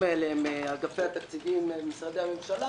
האלה הם אגפי התקציבים במשרדי הממשלה,